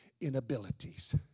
inabilities